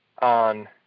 on